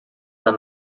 are